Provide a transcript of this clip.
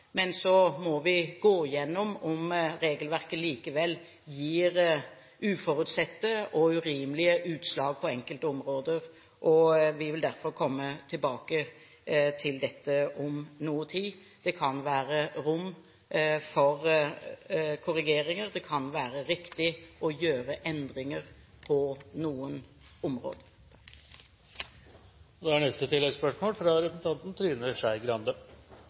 vi må gå gjennom hvorvidt regelverket likevel gir uforutsette og urimelige utslag på enkelte områder. Vi vil derfor komme tilbake til dette om kort tid. Det kan være rom for korrigeringer, det kan være riktig å gjøre endringer på noen områder.